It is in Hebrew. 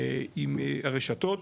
עם הרשתות,